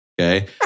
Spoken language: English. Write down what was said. Okay